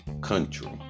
country